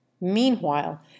Meanwhile